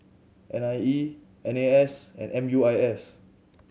N I E N A S and M U I S